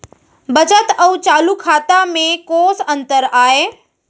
बचत अऊ चालू खाता में कोस अंतर आय?